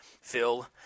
Phil